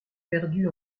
perdu